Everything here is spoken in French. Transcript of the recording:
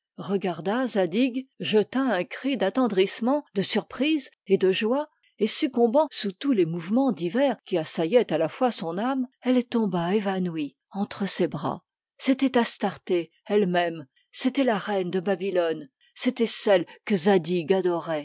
regarda zadig jeta un cri d'attendrissement de surprise et de joie et succombant sous tous les mouvements divers qui assaillaient à-la-fois son âme elle tomba évanouie entre ses bras c'était astarté elle-même c'était la reine de babylone c'était celle que